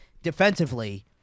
defensively